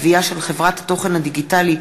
יחיאל חיליק בר,